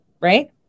right